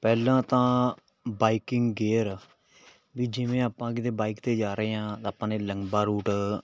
ਪਹਿਲਾਂ ਤਾਂ biking gear ਵੀ ਜਿਵੇਂ ਆਪਾਂ ਕਿਤੇ ਬਾਈਕ 'ਤੇ ਜਾ ਰਹੇ ਹਾਂ ਆਪਾਂ ਨੇ ਲੰਬਾ ਰੂਟ